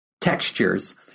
textures